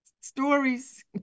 stories